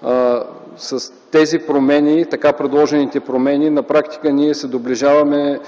транспорт. С така предложените промени практически ние се доближаваме